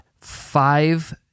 five